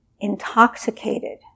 intoxicated